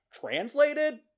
translated